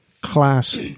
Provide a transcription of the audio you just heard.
class